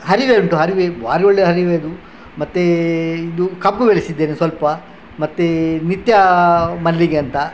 ಹರಿವೆ ಉಂಟು ಹರಿವೆ ಬಾರಿ ಒಳ್ಳೆ ಹರಿವೆ ಅದು ಮತ್ತು ಇದು ಕಬ್ಬು ಬೆಳೆಸಿದ್ದೇನೆ ಸ್ವಲ್ಪ ಮತ್ತೆ ನಿತ್ಯ ಮಲ್ಲಿಗೆ ಅಂತ